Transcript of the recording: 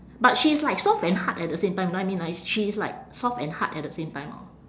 but she's like soft and hard at the same time you know I mean like she is like soft and hard at the same time orh